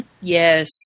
Yes